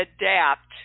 adapt